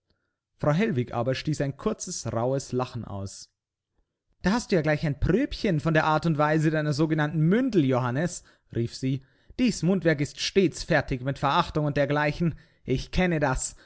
frau hellwig aber stieß ein kurzes rauhes lachen aus da hast du ja gleich ein pröbchen von der art und weise deiner sogenannten mündel johannes rief sie dies mundwerk ist stets fertig mit verachtung und dergleichen ich kenne das